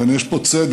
ובכן, יש פה צדק,